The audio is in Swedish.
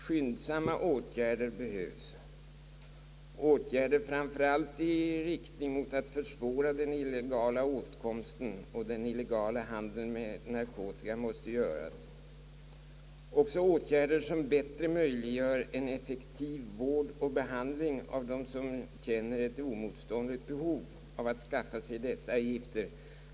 Skyndsamma åtgärder behövs, åtgärder framför allt i riktning mot att försvåra den illegala åtkomsten och den illegala handeln med narkotika. Likaså behövs det åtgärder som bättre möjliggör en effektiv vård och behandling av människor som känner ett oemotståndligt behov att skaffa sig dessa gifter.